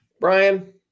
Brian